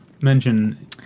mention